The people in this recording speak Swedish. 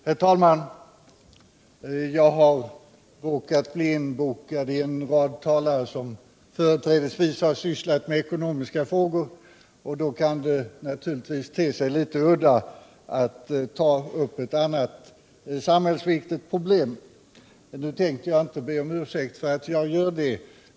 Herr talman! Jag har råkat bli inbokad bland en rad talare som företrädesvis har sysslat med ekonomiska frågor, och då kan det naturligtvis te sig litet egendomligt att ta upp ett annat samhällsviktigt problem. Nu tänker jag inte be om ursäkt för att jag gör det.